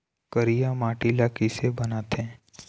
करिया माटी ला किसे बनाथे?